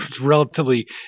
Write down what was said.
relatively